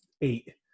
eight